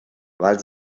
weil